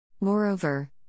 Moreover